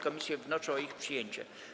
Komisje wnoszą o ich przyjęcie.